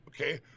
Okay